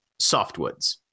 softwoods